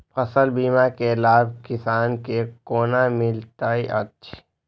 फसल बीमा के लाभ किसान के कोना मिलेत अछि?